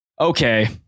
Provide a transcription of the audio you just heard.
Okay